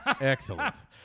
Excellent